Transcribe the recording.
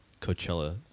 Coachella